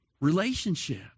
Relationship